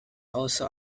also